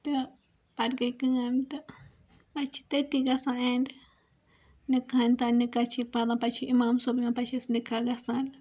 تہٕ پَتہ گٔے کٲم تہٕ پَتہ چھ تٔتی گَژھان ایٚنڈ نِکاحن تانۍ نکاح چھ مَطلَب پَتہٕ چھ اِمام صوب یِوان پَتہٕ چھ اَسہِ نِکاح گَژھان